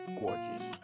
gorgeous